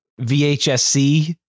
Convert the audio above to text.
VHSC